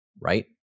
right